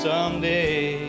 Someday